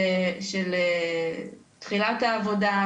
של תחילת העבודה,